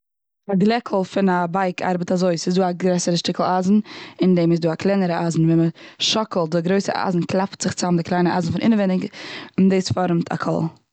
א גלעקל פון א בייק ארבעט אזוי, ס'איז דא א גרעסערע שטיקל אייזן, און דעם איז דא א קלענערע אייזן ווען מ'שאקלט די גרויסע אייזן קלאפט זיך צאם די קליינע אייזן פון אינעווייניג און דאס פארעמט א קול.